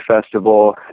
festival